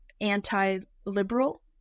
anti-liberal